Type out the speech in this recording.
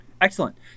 Excellent